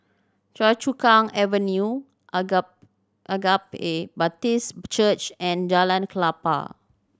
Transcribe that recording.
Choa Chu Kang Avenue Agape Agape Baptist Church and Jalan Klapa